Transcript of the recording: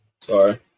Sorry